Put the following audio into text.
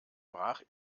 brach